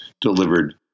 delivered